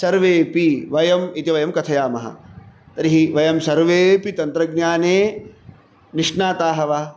सर्वेऽपि वयम् इति वयं कथयामः तर्हि वयं सर्वेऽपि तन्त्रज्ञाने निष्णाताः वा